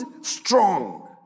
strong